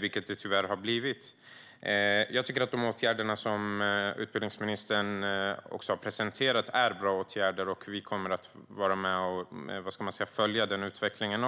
vilket de tyvärr har blivit. De åtgärder som utbildningsministern har presenterat är bra. Vi kommer också att följa utvecklingen.